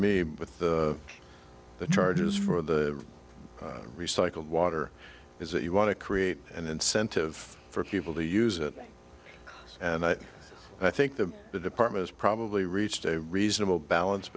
me with the charges for the recycled water is that you want to create an incentive for people to use it and i think that the department is probably reached a reasonable balance